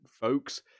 folks